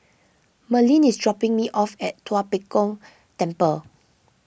Merlyn is dropping me off at Tua Pek Kong Temple